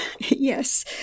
Yes